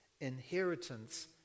inheritance